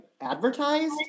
advertised